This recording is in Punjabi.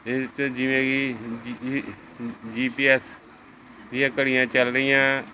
ਇਸ 'ਚ ਜਿਵੇਂ ਕਿ ਜੀ ਪੀ ਐਸ ਦੀਆਂ ਘੜੀਆਂ ਚੱਲ ਰਹੀਆਂ